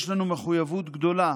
יש לנו מחויבות גדולה